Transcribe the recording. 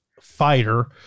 fighter